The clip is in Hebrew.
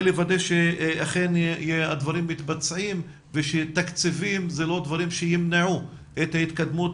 וודא שאכן הדברים מתבצעים ושתקציבים זה לא דברים שימנעו את התקדמות